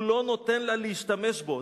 הוא לא נותן לה להשתמש בו.